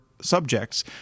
subjects